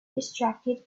distracted